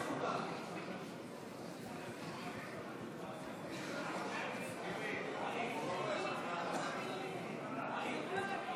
62. לפיכך, אני קובע שהסתייגות מס' 88 לא התקבלה.